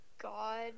God